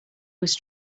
was